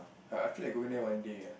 I I feel like going there one day ah